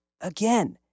Again